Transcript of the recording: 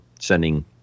sending